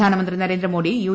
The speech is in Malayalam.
പ്രധാനമന്ത്രി നരേന്ദ്ര മോദി യു